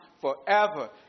forever